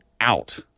out